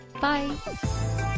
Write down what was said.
Bye